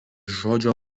žodžio